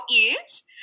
ears